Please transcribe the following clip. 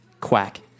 quack